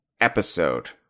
episode